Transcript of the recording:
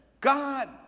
God